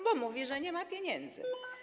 Bo mówi, że nie ma pieniędzy.